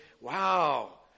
wow